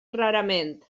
rarament